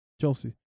Chelsea